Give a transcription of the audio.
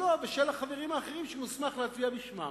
שלו ושל החברים האחרים שהוא מוסמך להצביע בשמם.